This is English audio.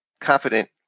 confident